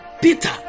Peter